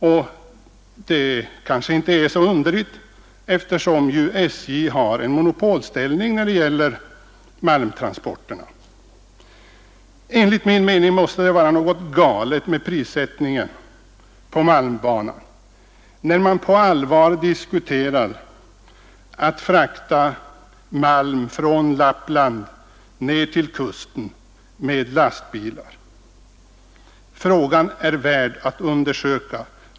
Det är kanske inte så underligt eftersom SJ ju har monopolställning när det gäller malmtransporterna. Enligt min mening måste det vara något galet med prissättningen på malmtransporterna, när NJA på allvar överväger att frakta malm från Lappland ner till kusten med lastbilar. Frågan är värd att undersökas.